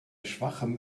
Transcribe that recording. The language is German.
schwachem